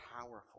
powerful